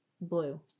blue